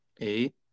Eight